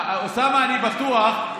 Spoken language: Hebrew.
אוסאמה, אני בטוח,